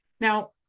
Now